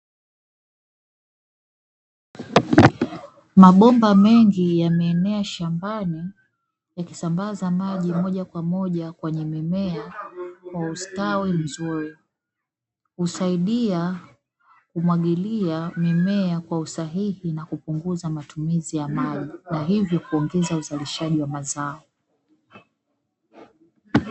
Mabomba mengi yameenea shambani, yakisambaza maji moja kwa moja kwenye mimea kwa ustawi mzuri, husaidia kumwagilia mimea kwa usahihi na kupunguza matumizi ya mali na hivyo kuongeza uzalishaji wa mazao.